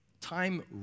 Time